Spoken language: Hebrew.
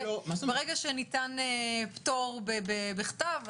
ברגע שניתן פטור בכתב,